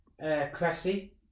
Cressy